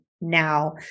now